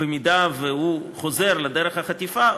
שאם הוא חוזר לדרך החטיפה,